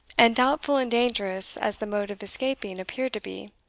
and doubtful and dangerous as the mode of escaping appeared to be,